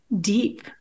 deep